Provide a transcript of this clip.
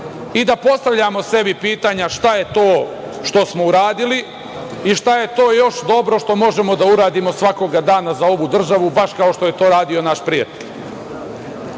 i da postavljamo sebi pitanja šta je to što smo uradili i šta je to još dobro što možemo da uradimo svakoga dana za ovu državu, baš kao što je to radio naš prijatelj. Treba